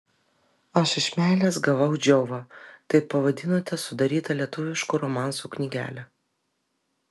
aš iš meilės gavau džiovą taip pavadinote sudarytą lietuviškų romansų knygelę